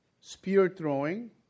spear-throwing